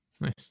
nice